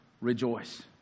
rejoice